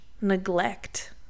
neglect